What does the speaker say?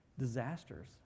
Disasters